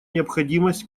необходимость